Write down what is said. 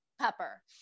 pepper